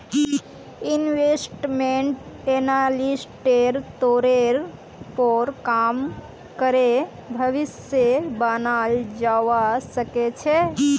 investment एनालिस्टेर तौरेर पर काम करे भविष्य बनाल जावा सके छे